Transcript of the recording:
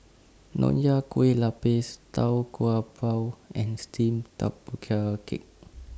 Nonya Kueh Lapis Tau Kwa Pau and Steamed Tapioca Cake